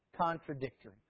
contradictory